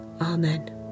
Amen